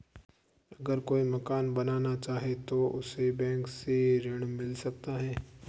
अगर कोई मकान बनाना चाहे तो उसे बैंक से ऋण मिल सकता है?